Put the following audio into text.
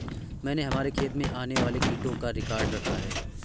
मैंने हमारे खेत में आने वाले कीटों का रिकॉर्ड रखा है